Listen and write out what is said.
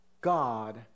God